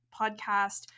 podcast